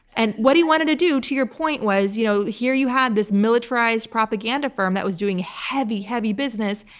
and what he wanted to do, to your point, was, you know, here you had this militarized propaganda firm that was doing heavy, heavy business,